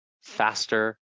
faster